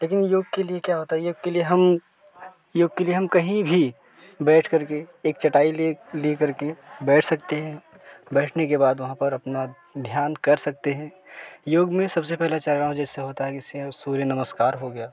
लेकिन योग के लिए क्या होता है योग के लिए हम योग के लिए हम कहीं भी बैठ करके एक चटाई ले ले करके बैठ सकते हैं बैठने के बाद वहाँ पर अपना ध्यान कर सकते हैं योग में सबसे पहला चरण जिससे होता है जिसे सूर्य नमस्कार हो गया